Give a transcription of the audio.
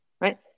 right